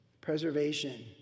Preservation